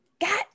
Got